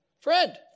friend